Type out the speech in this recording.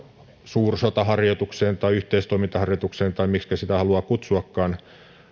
suursotaharjoitukseen tai yhteistoimintaharjoitukseen miksikä sitä haluaa kutsuakaan